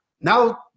Now